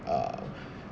uh